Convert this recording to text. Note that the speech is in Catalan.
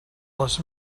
les